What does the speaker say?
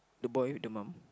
the boy with the mom